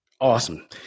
Awesome